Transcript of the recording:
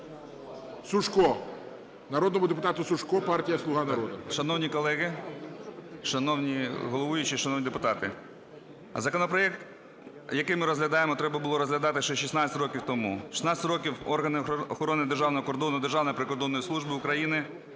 Сушко, народному депутату Сушку, партія "Слуга народу".